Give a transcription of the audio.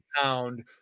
pound